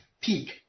peak